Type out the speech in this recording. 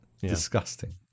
Disgusting